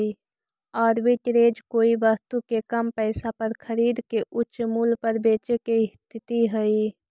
arbitrage कोई वस्तु के कम पईसा पर खरीद के उच्च मूल्य पर बेचे के स्थिति हई